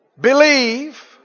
Believe